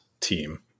team